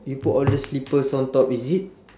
you put all the slippers on top is it